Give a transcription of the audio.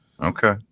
Okay